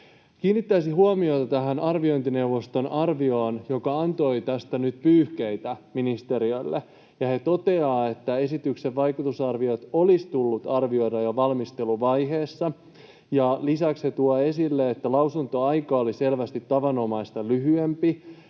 Kiinnittäisin huomiota tähän arviointineuvoston arvioon, joka antoi tästä nyt pyyhkeitä ministeriölle. He toteavat, että esityksen vaikutusarviot olisi tullut arvioida jo valmisteluvaiheessa, ja lisäksi he tuovat esille, että lausuntoaika oli selvästi tavanomaista lyhyempi.